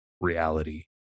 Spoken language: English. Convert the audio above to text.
reality